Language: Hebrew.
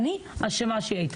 אני אשמה שהיא הייתה.